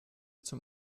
zum